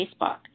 Facebook